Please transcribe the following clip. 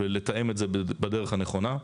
ולתאם את זה בדרך הנכונה.